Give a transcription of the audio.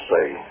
say